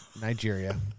Nigeria